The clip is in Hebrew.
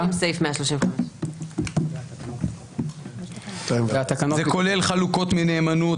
214 עם שילוב 135. זה כולל חלוקות מנאמנות,